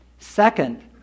Second